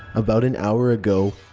about an hour ago,